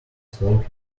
slow